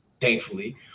thankfully